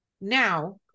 Now